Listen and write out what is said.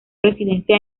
residencia